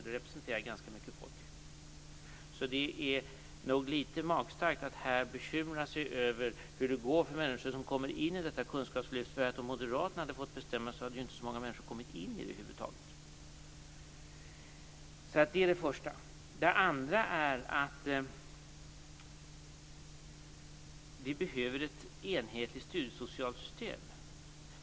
Det representerar ganska mycket folk. Det är nog litet magstarkt att här bekymra sig över hur det går för människor som kommer in i detta kunskapslyft, för om moderaterna hade fått bestämma hade inte så många människor kommit in i det över huvud taget. Det är det första. Det andra är att vi behöver ett enhetligt studiesocialt system.